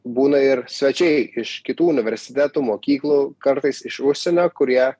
būna ir svečiai iš kitų universitetų mokyklų kartais iš užsienio kurie